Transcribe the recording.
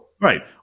right